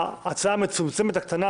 -- אז אנחנו נחדש את הדיון בהסתייגויות.